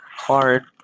Hard